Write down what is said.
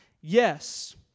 Yes